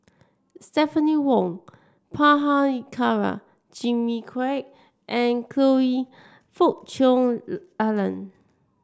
Stephanie Wong Prabhakara Jimmy Quek and Choe Fook Cheong Alan